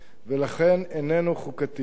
ולכן איננו חוקתי.